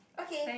okay